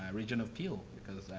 ah region of peel because,